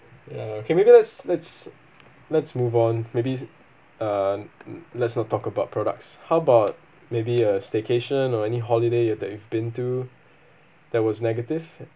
ya okay maybe let's let's let's move on maybe uh let's not talk about products how about maybe uh staycation or any holiday you that you've been to that was negative